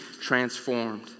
transformed